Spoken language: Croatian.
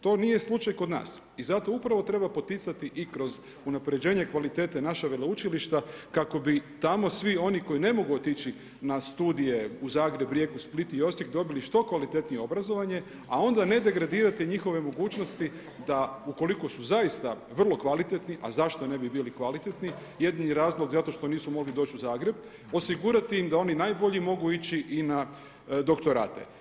To nije slučaj kod nas i zato upravo treba poticati i kroz unapređenje kvalitete naša veleučilišta kako bi tamo svi oni koji ne mogu otići na studije u Zagreb, Rijeku, Split i Osijek, dobili što kvalitetnije obrazovanje a onda ne degradirati njihove mogućnosti da ukoliko su zaista vrlo kvalitetni, a zašto ne bi bili kvalitetni, jedini razlog zato što nisu mogli doći u Zagreb, osigurati im da oni najbolji mogu ići i na doktorate.